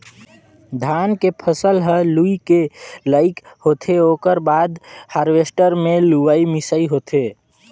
धान के फसल ह लूए के लइक होथे ओकर बाद मे हारवेस्टर मे लुवई मिंसई होथे